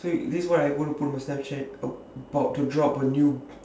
so this is what I gonna put in my self chat about to drop on you